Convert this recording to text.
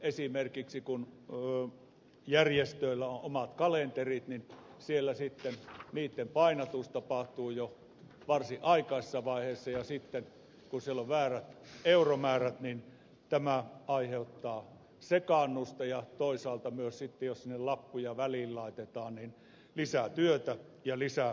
esimerkiksi kun järjestöillä on omat kalenterit niin siellä sitten niitten painatus tapahtuu jo varsin aikaisessa vaiheessa ja sitten kun siellä on väärät euromäärät tämä aiheuttaa sekaannusta ja toisaalta myös sitten jos sinne lappuja väliin laitetaan se lisää työtä ja kustannuksia